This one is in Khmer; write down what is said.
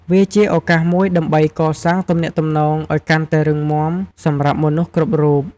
វាជាឱកាសមួយដើម្បីកសាងទំនាក់ទំនងឱ្យកាន់តែរឹងមាំសម្រាប់មនុស្សគ្រប់រូប។